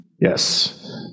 Yes